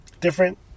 different